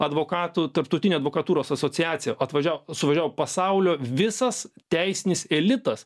advokatų tarptautinė advokatūros asociacija atvažiavo suvažiavo pasaulio visas teisinis elitas